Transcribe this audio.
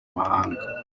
mahanga